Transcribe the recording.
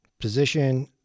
position